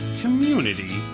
Community